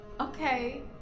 Okay